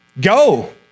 go